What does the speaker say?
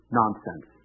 nonsense